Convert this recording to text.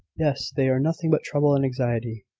yes they are nothing but trouble and anxiety.